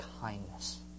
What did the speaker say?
kindness